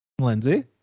Lindsay